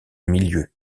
milieu